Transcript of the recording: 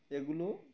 এগুলো